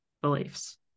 beliefs